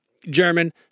German